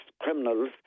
criminals